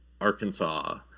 Arkansas